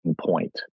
point